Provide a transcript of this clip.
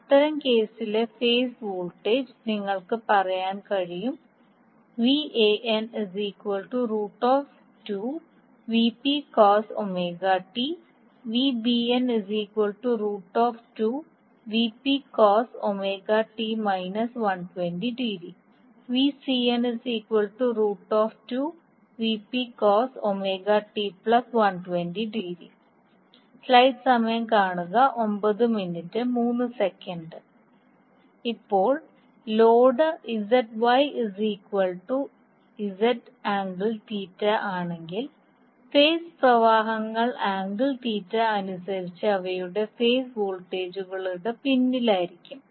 അത്തരം കേസിലെ phase voltage നിങ്ങൾക്ക് പറയാൻ കഴിയും ഇപ്പോൾ ലോഡ് ആണെങ്കിൽ ഫേസ് പ്രവാഹങ്ങൾ ആംഗിൾ തീറ്റ അനുസരിച്ച് അവയുടെ ഫേസ് വോൾട്ടേജുകളുടെ പിന്നിലായിരിക്കും